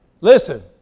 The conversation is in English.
Listen